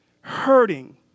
hurting